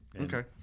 Okay